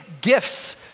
gifts